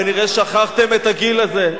כנראה שכחתם את הגיל הזה,